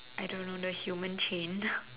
I don't know the human chain